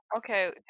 okay